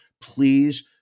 please